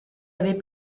avait